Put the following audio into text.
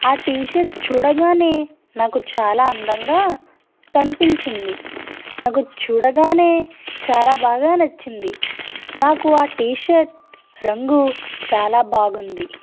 ఆ టీషర్ట్ చూడగానే నాకు చాలా అందంగా కనిపించింది నాకు చూడగానే చాలా బాగా నచ్చింది నాకు ఆ టీషర్ట్ రంగు చాలా బాగుంది